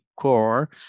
core